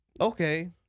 Okay